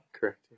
Correct